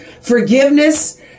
Forgiveness